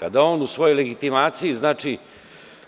Kada on u svojoj legitimaciji,